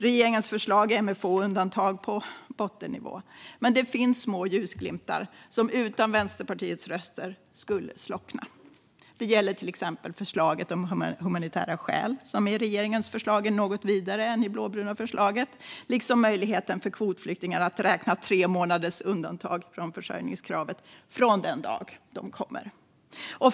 Regeringens förslag är med få undantag på bottennivå, men det finns små ljusglimtar som utan Vänsterpartiets röster skulle slockna. Det gäller till exempel förslaget om humanitära skäl, som i regeringens förslag är något vidare än i det blåbruna förslaget, liksom möjligheten för kvotflyktingar att räkna tre månaders undantag från försörjningskravet från den dag de kommer till Sverige.